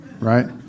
right